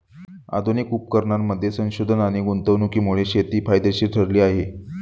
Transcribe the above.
आधुनिक उपकरणांमध्ये संशोधन आणि गुंतवणुकीमुळे शेती फायदेशीर ठरली आहे